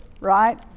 right